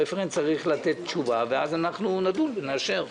הרפרנט צריך לתת תשובה, ואז אנחנו נדון ונאשר.